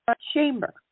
chamber